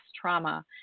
trauma